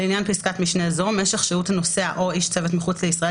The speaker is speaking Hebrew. לעניין פסקת משנה זו משך שהות נוסע או איש צוות מחוץ לישראל